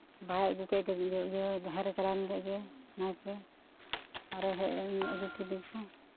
ᱵᱟᱦᱟᱭ ᱟᱹᱜᱩᱠᱮᱫᱜᱮ ᱡᱟᱦᱮᱨ ᱮ ᱪᱟᱞᱟᱣ ᱮᱱ ᱜᱮ ᱤᱭᱟᱹ ᱱᱟᱭᱠᱮ ᱟᱨᱮ ᱦᱮᱡ ᱮᱱᱜᱮ ᱟᱹᱜᱩ ᱠᱮᱫᱮᱭᱟᱠᱚ